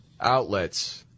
outlets